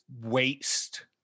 waste